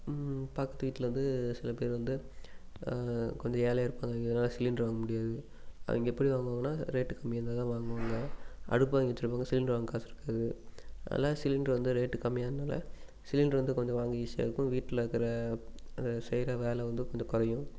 பக்கத்து வீட்டில் இருந்து சில பேர் வந்து கொஞ்சம் ஏழையாக இருப்பாங்க இவங்களால் சிலிண்டரு வாங்க முடியாது அவங்க எப்படி வாங்குவாங்கன்னால் ரேட்டு கம்மியாக இருந்தால் தான் வாங்குவாங்க அடுப்பு வாங்கி வெச்சுருப்பாங்க சிலிண்டரு வாங்க காசு இருக்காது அதெலாம் சிலிண்டரு வந்து ரேட்டு கம்மியாகிறனால சிலிண்டரு வந்து கொஞ்சம் வாங்க ஈஸியாக இருக்கும் வீட்டில் இருக்கிற செய்கிற வேலை வந்து கொஞ்சம் குறையும்